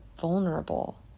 vulnerable